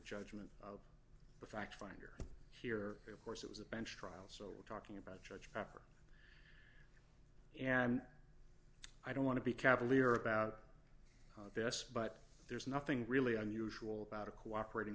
judgment the fact finder here of course it was a bench trial so we're talking about judge driver and i don't want to be cavalier about this but there's nothing really unusual about a cooperating